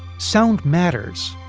sound matters